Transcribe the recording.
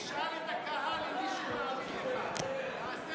תשאל את הקהל אם מישהו מאמין לך.